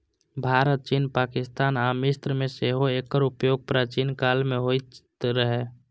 भारत, चीन, पाकिस्तान आ मिस्र मे सेहो एकर उपयोग प्राचीन काल मे होइत रहै